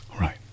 right